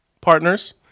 partners